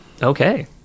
Okay